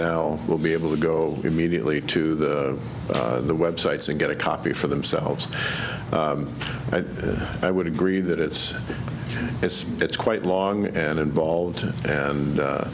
now will be able to go immediately to the the websites and get a copy for themselves and i would agree that it's it's it's quite long and involved and